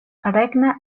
regna